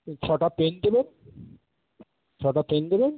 ওই ছটা পেন দেবেন ছটা পেন দেবেন